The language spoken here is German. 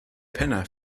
penner